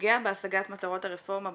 פוגע בהשגת מטרות הרפורמה,